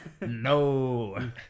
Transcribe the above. No